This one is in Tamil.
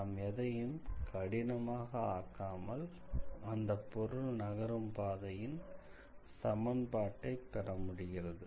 நாம் எதையும் கடினமாக ஆக்காமல் அந்தப் பொருள் நகரும் பாதையின் சமன்பாட்டை பெறமுடிகிறது